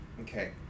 Okay